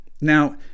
Now